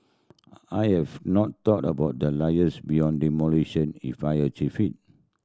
I I have not thought about the liars beyond demolition if I achieve it